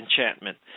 enchantment